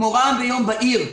כמו רעם ביום בהיר,